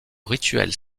rituels